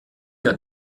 der